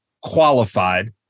qualified